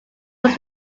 was